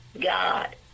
God